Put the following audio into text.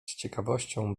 ciekawością